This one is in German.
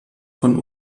von